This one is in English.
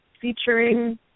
featuring